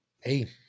Hey